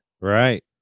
Right